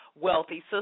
Wealthy